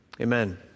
Amen